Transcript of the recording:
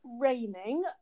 raining